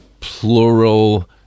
plural